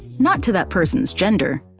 not to that person's gender.